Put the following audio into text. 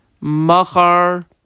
Machar